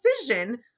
decision